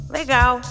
Legal